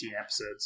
episodes